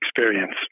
experience